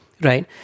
right